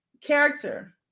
character